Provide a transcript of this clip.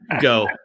go